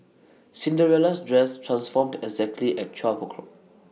Cinderella's dress transformed exactly at twelve o'clock